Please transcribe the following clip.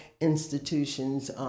institutions